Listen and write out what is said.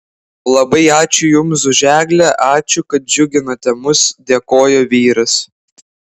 labai ačiū jums už eglę ačiū kad džiuginate mus dėkojo vyras